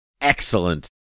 excellent